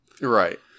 Right